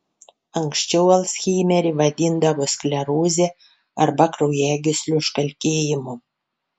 anksčiau alzheimerį vadindavo skleroze arba kraujagyslių užkalkėjimu